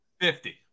Fifty